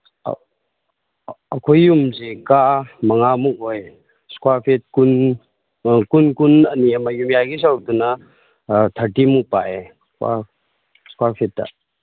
ꯑꯩꯈꯣꯏ ꯌꯨꯝꯁꯦ ꯀꯥ ꯃꯉꯥꯃꯨꯛ ꯑꯣꯏ ꯏꯁꯀ꯭ꯋꯥꯔ ꯐꯤꯠ ꯀꯨꯟ ꯀꯨꯟ ꯀꯨꯟ ꯑꯅꯤ ꯑꯃ ꯌꯨꯝꯌꯥꯏꯒꯤ ꯁꯔꯨꯛꯇꯨꯅ ꯊꯥꯔꯇꯤꯃꯨꯛ ꯄꯥꯛꯑꯦ ꯑꯩ ꯁꯀ꯭ꯋꯥꯔ ꯐꯤꯠꯇ